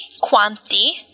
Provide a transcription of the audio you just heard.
quanti